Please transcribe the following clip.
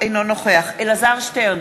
אינו נוכח אלעזר שטרן,